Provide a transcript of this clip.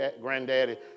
granddaddy